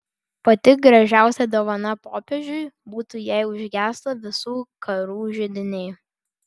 pati gražiausia dovana popiežiui būtų jei užgestų visų karų židiniai